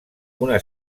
una